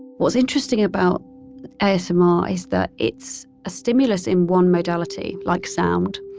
what's interesting about asmr is that it's a stimulus in one modality, like sound,